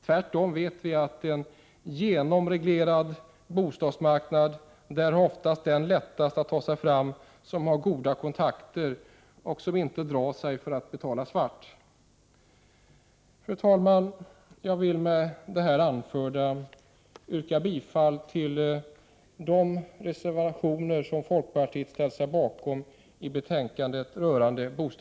Tvärtom vet vi att på en genomreglerad bostadsmarknad har oftast den lättast att ta sig fram som har goda kontakter och inte drar sig för att betala svart. Fru talman! Jag vill med det här anförda yrka bifall till de reservationer rörande bostadspolitiken som folkpartiet ställt sig bakom i betänkandet.